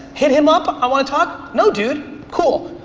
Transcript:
hit him up, i want to talk, no dude. cool,